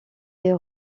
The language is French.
est